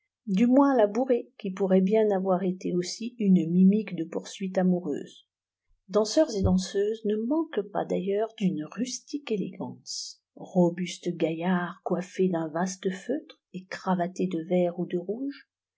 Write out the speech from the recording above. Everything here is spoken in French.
du moins la bourrée qui pourrait bien avoir été aussi une mimique de poursuite amoureuse danseurs et danseuses ne manquent pas d'ailleurs d'une rustique élégance robustes gaillards coiffés d'un vaste feutre et cravatés de vert ou de rouge